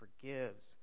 forgives